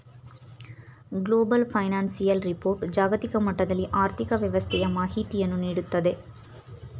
global financial report ಜಾಗತಿಕ ಮಟ್ಟದಲ್ಲಿ ಆರ್ಥಿಕ ವ್ಯವಸ್ಥೆಯ ಮಾಹಿತಿಯನ್ನು ನೀಡುತ್ತದೆ